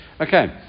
Okay